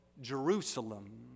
Jerusalem